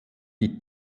die